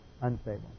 unstable